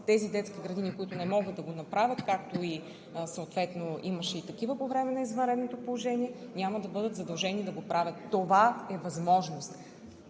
тези детски градини, които не могат да го направят, както съответно имаше такива по време на извънредното положение, няма да бъдат задължени да го правят. Това е възможност.